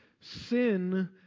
sin